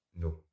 no